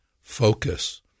focus